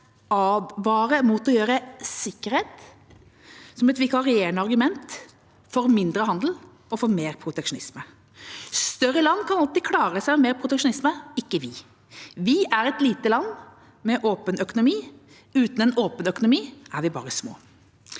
Vi er et lite land med en åpen økonomi. Uten en åpen økonomi er vi bare små.